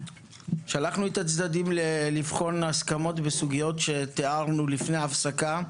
שלחנו את הצדדים לבחון הסכמות בסוגיות שתיארנו לפני ההפסקה,